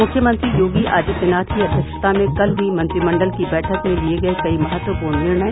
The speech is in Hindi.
मुख्यमंत्री योगी आदित्यनाथ की अध्यक्षता में कल हुई मंत्रिमंडल की बैठक में लिए गये कई महत्वपूर्ण निर्णय